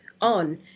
on